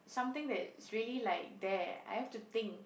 something that is really like there I have to think